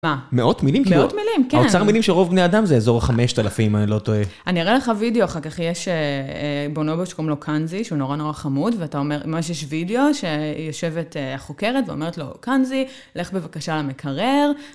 מה? מאות מילים? מאות מילים, כן. האוצר מילים של רוב בני אדם זה אזור החמשת אלפים, אם אני לא טועה. אני אראה לך וידאו, אחר כך יש בנובה שקוראים לו קנזי, שהוא נורא נורא חמוד, ואתה אומר, ממש יש וידאו, שיושבת החוקרת ואומרת לו, קנזי, לך בבקשה למקרר.